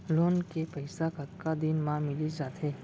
Loan के पइसा कतका दिन मा मिलिस जाथे?